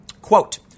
Quote